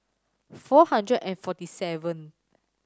four hundred and forty seven